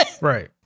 right